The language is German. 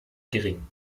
gering